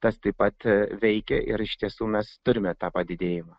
tas taip pat veikia ir iš tiesų mes turime tą padidėjimą